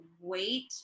wait